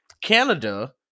Canada